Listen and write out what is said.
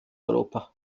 europa